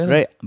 Right